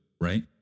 right